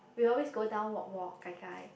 we always go down walk walk gai gai